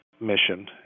mission